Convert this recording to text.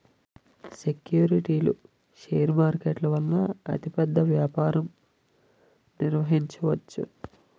సెక్యూరిటీలు షేర్ మార్కెట్ల వలన అతిపెద్ద వ్యాపారం నిర్వహించవచ్చు